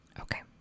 Okay